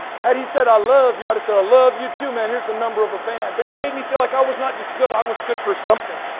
had he said, i love you, i'd have said, i love you too, man. here's the number of a band. but he made me feel like i was not just good, i was good for something,